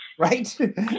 Right